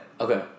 okay